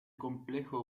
complejo